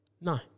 No